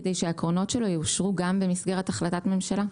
כדי שהעקרונות שלו יאושרו גם במסגרת החלטת ממשלה.